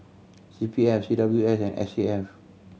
C P F C W S and S A F